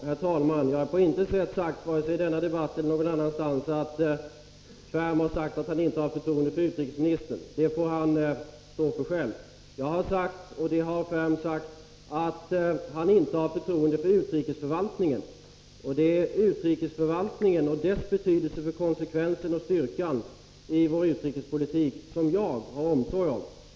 Herr talman! Jag har på intet sätt sagt — varken i denna debatt eller någon annanstans — att Ferm sagt att han inte har förtroende för utrikesministern. Det påståendet får utrikesministern stå för själv. Jag har påstått att Ferm sagt att han inte har förtroende för utrikesförvaltningen. Det är utrikesförvaltningen och dess betydelse för konsekvensen och styrkan i vår utrikespolitik som jag har omsorg om.